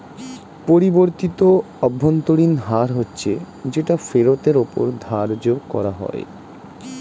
পরিবর্তিত অভ্যন্তরীণ হার হচ্ছে যেটা ফেরতের ওপর ধার্য করা হয়